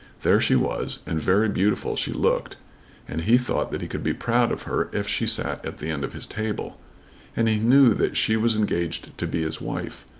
there she was, and very beautiful she looked and he thought that he could be proud of her if she sat at the end of his table and he knew that she was engaged to be his wife.